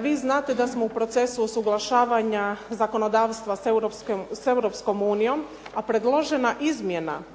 Vi znate da smo u procesu usuglašavanja zakonodavstva sa EU, a predložena izmjena